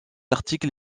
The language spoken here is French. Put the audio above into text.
article